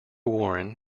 warren